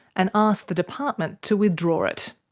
and asked the department to withdraw it.